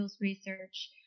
research